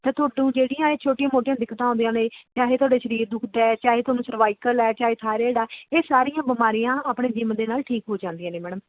ਤਾਂ ਤੁਹਾਨੂੰ ਇਹ ਜਿਹੜੀਆਂ ਛੋਟੀਆਂ ਮੋਟੀਆਂ ਦਿੱਕਤਾਂ ਆਉਂਦੀਆਂ ਨੇ ਚਾਹੇ ਤੁਹਾਡੇ ਸਰੀਰ ਦੁੱਖਦਾ ਚਾਹੇ ਤੁਹਾਨੂੰ ਸਰਵਾਈਕਲ ਹੈ ਚਾਹੇ ਥਾਇਰਡ ਆ ਇਹ ਸਾਰੀਆਂ ਬਿਮਾਰੀਆਂ ਆਪਣੇ ਜਿਮ ਦੇ ਨਾਲ ਠੀਕ ਹੋ ਜਾਂਦੀਆਂ ਨੇ ਮੈਡਮ